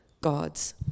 God's